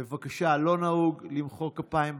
בבקשה, לא נהוג למחוא כפיים בכנסת.